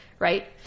Right